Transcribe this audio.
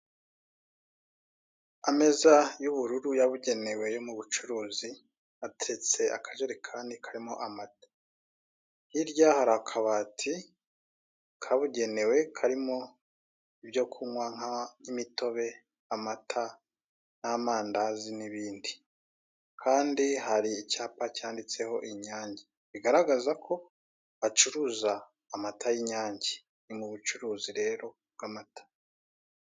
Ameza y'ubururu yabugenewe yo mubucuru hateretse akajerekani karimo amata hirya hari akabati kabugenewe ibyo kunywa nk'imitobe, amata, n'amandazi n'ibindi Kandi hari icyapa cyanditseho inyange biragaragaza ko bacuruza amata y'inyange ni mubucuruzi rero bw'amata.